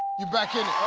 you're back in